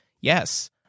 Yes